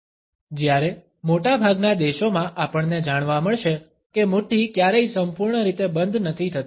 જ્યારે મોટાભાગના દેશોમાં આપણને જાણવા મળશે કે મુઠ્ઠી ક્યારેય સંપૂર્ણ રીતે બંધ નથી થતી